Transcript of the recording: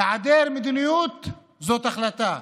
היעדר מדיניות זאת החלטה.